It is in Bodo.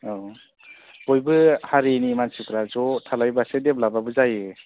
औ बयबो हारिनि मानसिफ्रा ज' थालायोबासो डेभालापयाबो जायो